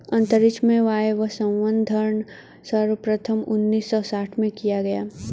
अंतरिक्ष में वायवसंवर्धन सर्वप्रथम उन्नीस सौ साठ में किया गया